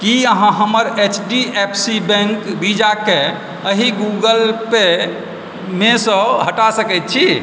की अहाँ हमर H D F C bank वीज़ाकेँ एहि गूगल पे मे सँ हटा सकैत छी